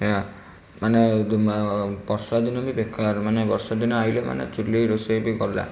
ହେଲା ମାନେ ବର୍ଷାଦିନ ବି ବେକାର ମାନେ ବର୍ଷାଦିନ ଆସିଲେ ମାନେ ଚୁଲି ରୋଷେଇ ବି ଗଲା